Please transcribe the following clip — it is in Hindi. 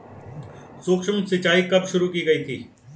सूक्ष्म सिंचाई कब शुरू की गई थी?